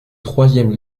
troisième